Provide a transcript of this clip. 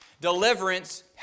Deliverance